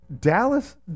Dallas